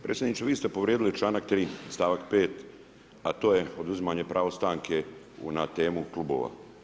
Predsjedniče vi ste povrijedili čl. 3. stavak 5 a to je oduzimanje pravo stanke na temu klubova.